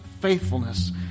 faithfulness